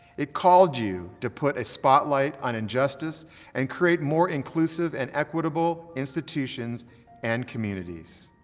it called you to put a spotlight on injustice and create more inclusive and equitable institutions and communities.